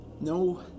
no